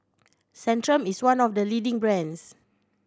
centrum is one of the leading brands